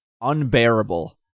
unbearable